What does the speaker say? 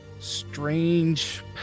strange